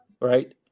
Right